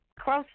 close